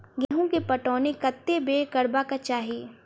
गेंहूँ केँ पटौनी कत्ते बेर करबाक चाहि?